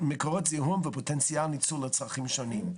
מקורות זיהום ופוטנציאל ניצול לצרכים שונים.